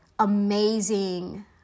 amazing